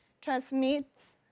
transmits